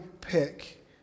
pick